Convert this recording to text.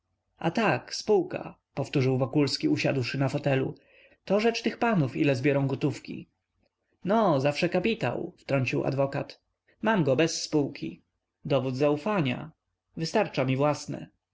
a tak spółka powtórzył wokulski usiadłszy na fotelu to rzecz tych panów ile zbiorą gotówki no zawsze kapitał wtrącił adwokat mam go bez spółki dowód zaufania wystarcza mi własne